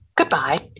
Goodbye